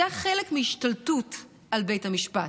זה היה חלק מהשתלטות על בית המשפט.